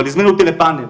אבל הזמינו אותי לפאנל.